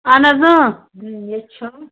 اہن حظ اۭں ییٚتہِ چھُ